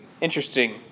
Interesting